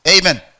Amen